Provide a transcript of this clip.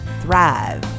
thrive